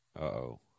Uh-oh